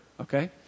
Okay